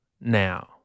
now